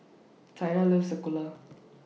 Taina loves